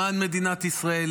למען מדינת ישראל,